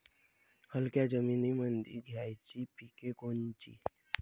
हलक्या जमीनीमंदी घ्यायची पिके कोनची?